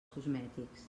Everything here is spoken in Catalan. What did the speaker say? cosmètics